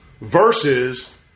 Versus